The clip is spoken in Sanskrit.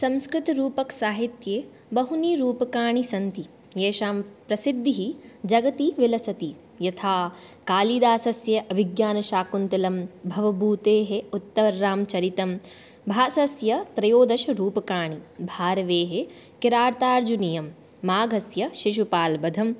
संस्कृतरूपकसाहित्ये बहूनि रूपकाणि सन्ति एतेषां प्रसिद्धिः जगति विलसति यथा कालिदासस्य अभिज्ञानशाकुन्तलं भवभूतेः उत्तररामचरितं भासस्य त्रयोदशरूपकाणि भारवेः किरातार्जुनीयं माघस्य शिशुपालवधम्